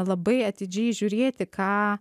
labai atidžiai žiūrėti ką